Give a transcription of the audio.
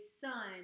son